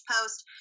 post